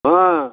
ಹ್ಞೂಂ